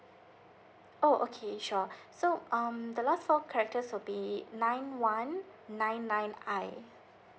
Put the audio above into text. oh okay sure so um the last four characters will be nine one nine nine I